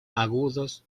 agudos